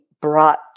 brought